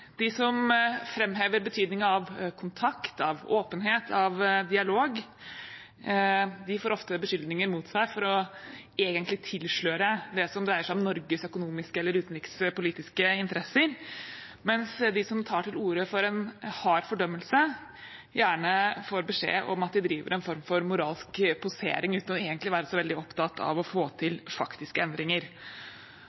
De som framhever betydningen av kontakt, åpenhet og dialog, får ofte beskyldninger mot seg om egentlig å tilsløre det som dreier seg om Norges økonomiske eller utenrikspolitiske interesser, mens de som tar til orde for en hard fordømmelse, gjerne får beskjed om at de driver en form for moralsk posering uten egentlig å være så veldig opptatt av å få til